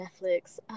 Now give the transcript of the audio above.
Netflix